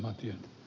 kiitos